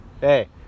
Hey